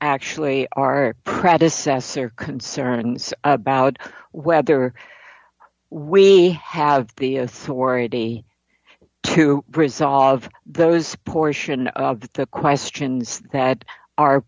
actually are predecessor concerns about whether we have the authority to resolve those portion of the questions that